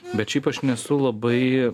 bet šiaip aš nesu labai